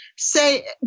Say